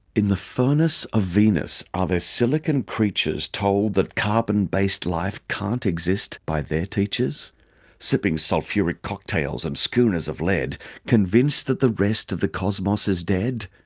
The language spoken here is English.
in the furnace of venus are there silicone creaturestold that carbon-based life can't exist by their teachers sipping sulphuric cocktails and schooners of lead convinced that the rest of the cosmos is dead?